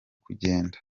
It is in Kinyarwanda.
kugenda